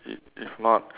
if if not